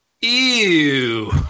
Ew